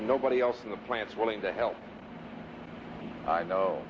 nobody else in the plant's willing to help i know